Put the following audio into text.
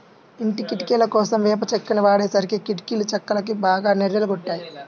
ఇంటి కిటికీలకోసం వేప చెక్కని వాడేసరికి కిటికీ చెక్కలన్నీ బాగా నెర్రలు గొట్టాయి